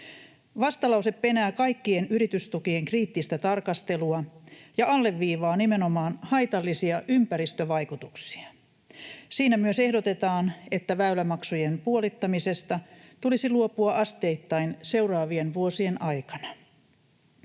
Vastalause penää kaikkien yritystukien kriittistä tarkastelua ja alleviivaa nimenomaan haitallisia ympäristövaikutuksia. Siinä myös ehdotetaan, että väylämaksujen puolittamisesta tulisi luopua asteittain seuraavien vuosien aikana.